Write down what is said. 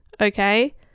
okay